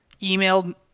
emailed